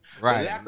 Right